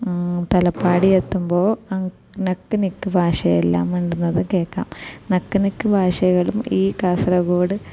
തലപ്പാടി എത്തുമ്പോൾ നക്ക് നിക്ക് ഭാഷയെല്ലാം മിണ്ടുന്നത് കേൾക്കാം നക്ക് നിക്ക് ഭാഷകളും ഈ കാസർഗോഡ്